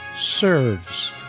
Serves